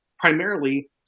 primarily